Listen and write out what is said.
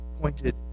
pointed